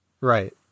Right